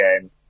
game